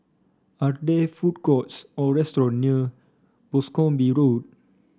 are there food courts or restaurant near Boscombe Road